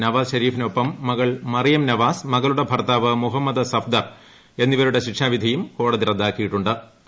നവാസ് ഷെരീഫിനൊപ്പം മകൾ മറിയം നവാസ് മകളുടെ ഭർത്താവ് മുഹമ്മദ് സഫ്ദർ എന്നിവരുടെ ശിക്ഷാവിധിയും കോടതി റദ്ദാക്കിയിട്ടു ്